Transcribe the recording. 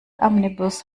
omnibus